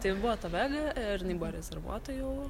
tai buvo ta vega ir jinai buvo rezervuota jau